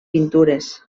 pintures